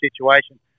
situation